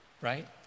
right